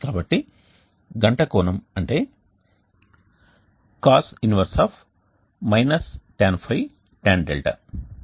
కాబట్టి గంట కోణం అంటే Cos 1 - tan ϕ tan 𝛿